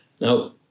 Now